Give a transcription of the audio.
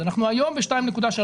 אנחנו היום ב-2.3%.